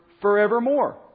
forevermore